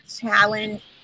challenge